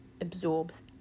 absorbs